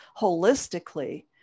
holistically